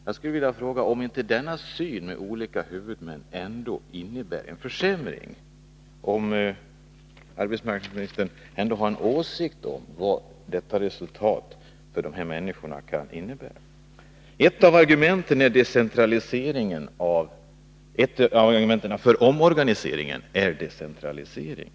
Jag skulle vilja fråga om inte denna uppläggning med olika huvudmän ändå innebär en försämring, och jag skulle vilja veta om arbetsmarknadsministern har en åsikt om vad resultatet kan innebära för de människor som berörs. Ett av argumenten för omorganisationen är decentralisering.